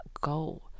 go